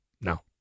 No